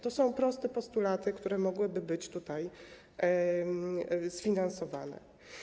To są proste postulaty, które mogłyby być tutaj sfinansowane.